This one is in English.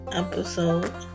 episode